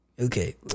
Okay